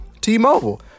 t-mobile